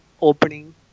opening